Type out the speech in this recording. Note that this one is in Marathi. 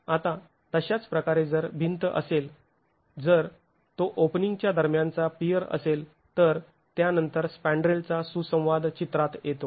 आता तशाच प्रकारे जर ती भिंत असेल जर तो ओपनिंग च्या दरम्यान चा पियर असेल तर त्यानंतर स्पॅंड्रेलचा सुसंवाद चित्रात येतो